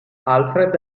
alfred